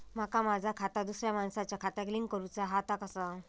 माका माझा खाता दुसऱ्या मानसाच्या खात्याक लिंक करूचा हा ता कसा?